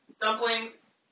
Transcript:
dumplings